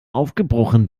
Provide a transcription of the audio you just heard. aufgebrochen